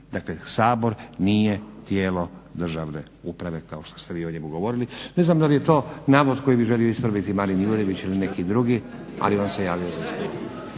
dakle Sabor nije tijelo državne uprave kao što ste vi o njemu govorili. Ne znam da li je to navod koji bi želio ispraviti Marin Jurjević ili neki drugi ali on se javio za riječ.